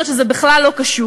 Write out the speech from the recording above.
אומרת שזה בכלל לא קשור.